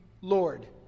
Lord